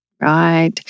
Right